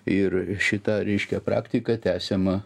ir šita reiškia praktika tęsiama